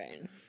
Right